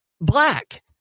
black